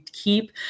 keep